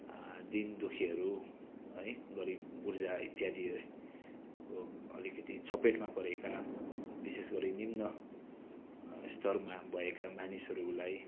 दीनदुखीहरू है गरिब बुर्जा इत्यादि अब अलिकति चपेटमा परेका विशेष गरी निम्न स्तरमा भएका मानिसहरूलाई